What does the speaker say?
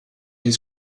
his